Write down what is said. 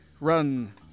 run